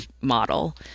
model